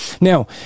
Now